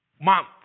month